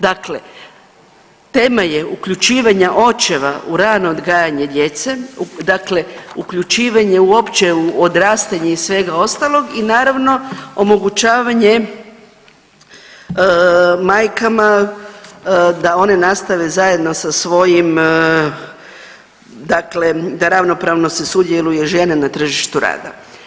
Dakle, tema je uključivanja očeva u rano odgajanje djece, dakle uključivanje uopće u odrastanje i svega ostalog i naravno, omogućavanje majkama da one nastave zajedno sa svojim dakle, da ravnopravno se sudjeluje žena na tržištu rada.